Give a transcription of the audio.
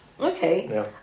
Okay